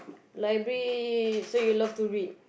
library so you love to read